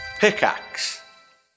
Pickaxe